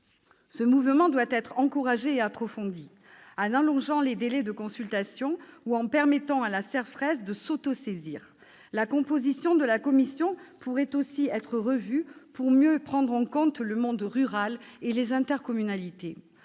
dynamique doit être encouragée et approfondie, en allongeant les délais de consultation, ou en permettant à la CERFRES de s'autosaisir. La composition de la commission pourrait aussi être revue pour mieux prendre en compte le monde rural et les intercommunalités.